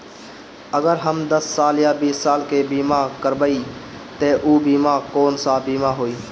अगर हम दस साल या बिस साल के बिमा करबइम त ऊ बिमा कौन सा बिमा होई?